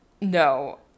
No